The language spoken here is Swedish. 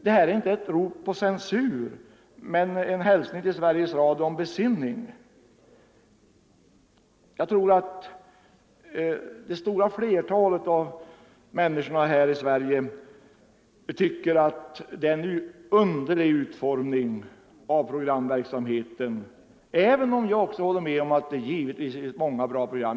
Det här är inte ett rop på censur men en hälsning till Sveriges Radio om besinning. Jag tror att det stora flertalet människor i Sverige tycker att det är en underlig utformning av programverksamheten, även om jag också givetvis håller med om att det finns många bra program.